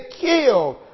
killed